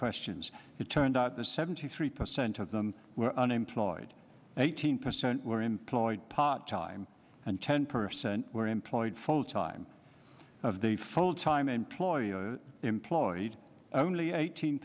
questions it turned out the seventy three percent of them were unemployed eighteen percent were employed part time and ten percent were employed full time of the full time employees employed only eighteen